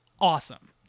awesome